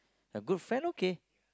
have good friend okay